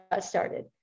started